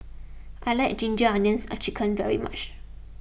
I like Ginger Onions Chicken very much